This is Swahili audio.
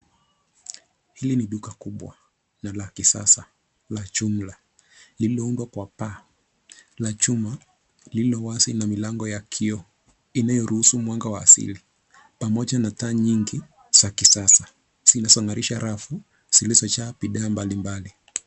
Hili ni duka kubwa na la kisasa la jumla lililoundwa kwa paa la chuma lililo wazi na milango ya kioo inayoruhusu mwanga wa asili pamoja na taa nyingi za kisasa zilizongarisha rafu zilizojaa bidhaa mbalimbali.